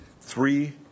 three